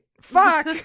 Fuck